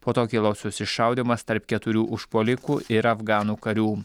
po to kilo susišaudymas tarp keturių užpuolikų ir afganų karių